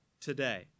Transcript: today